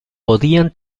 podían